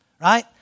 right